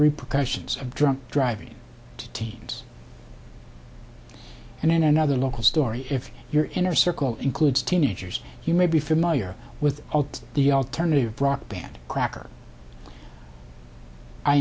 repercussions of drunk driving to teens and then another local story if your inner circle includes teenagers you may be familiar with alt the alternative rock band cracker i